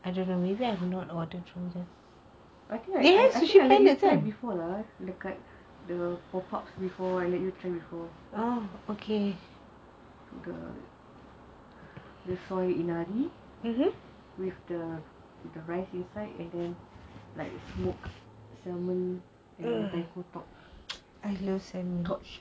I think I let you try before lah the cuts I let you try before the say inadi with the rice inside and then like smoked salmon and mentaiko torched